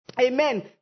Amen